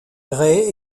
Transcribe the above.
grey